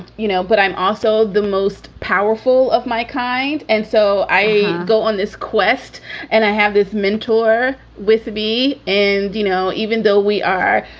you know, but i'm also the most powerful of my kind. and so i go on this quest and i have this mentor with me. and, you know, even though we are,